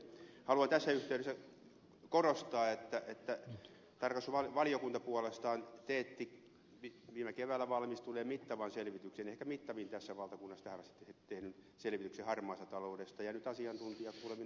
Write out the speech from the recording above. haluan tässä yhteydessä korostaa että tarkastusvaliokunta puolestaan teetti viime keväällä valmistuneen mittavan selvityksen ehkä mittavimman tässä valtakunnassa tähän asti tehdyn selvityksen harmaasta taloudesta ja nyt asiantuntijakuuleminen jatkuu